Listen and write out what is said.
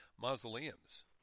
mausoleums